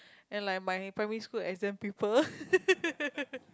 and like my primary school exam paper